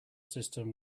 system